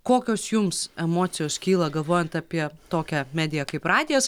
kokios jums emocijos kyla galvojant apie tokią mediją kaip radijas